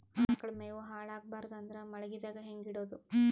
ಆಕಳ ಮೆವೊ ಹಾಳ ಆಗಬಾರದು ಅಂದ್ರ ಮಳಿಗೆದಾಗ ಹೆಂಗ ಇಡೊದೊ?